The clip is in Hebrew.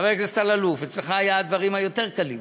חבר הכנסת אלאלוף, אצלך היה הדברים היותר-קלים.